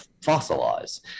fossilize